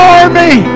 army